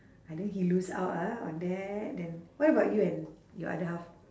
either he lose out ah on that then what about you and your other half